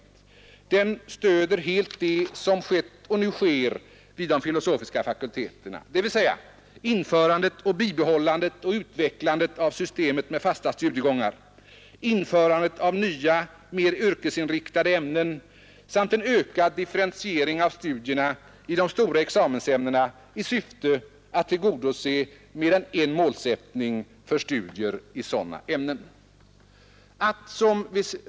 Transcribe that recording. Utredningsresultatet stöder helt det som skett och nu sker vid de filosofiska fakulteterna, dvs. införandet, bibehållandet och utvecklandet av systemet med fasta studiegångar, införandet av nya mera yrkesinriktade ämnen samt en ökad differentiering av studierna i de stora examensämnena i syfte att tillgodose mer än en målsättning för studier i sådana ämnen.